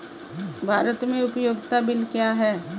भारत में उपयोगिता बिल क्या हैं?